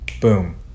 boom